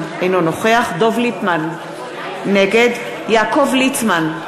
אינו נוכח דב ליפמן, נגד יעקב ליצמן,